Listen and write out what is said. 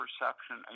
perception